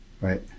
right